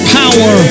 power